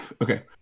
okay